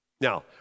Now